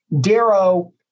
Darrow